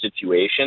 situation